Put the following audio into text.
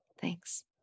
Thanks